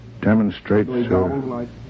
demonstrates